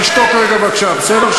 תשתוק רגע בבקשה, בסדר?